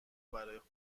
برا